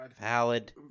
Valid